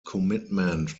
commitment